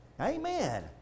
Amen